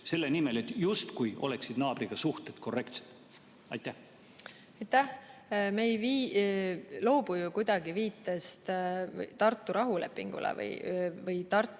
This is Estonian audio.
selle nimel, et justkui oleksid naabriga suhted korrektsed? Aitäh! Me ei loobu ju kuidagi viitest Tartu rahulepingule või Tartu